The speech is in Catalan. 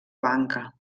banca